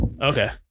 Okay